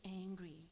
angry